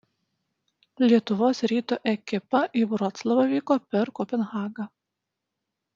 lietuvos ryto ekipa į vroclavą vyko per kopenhagą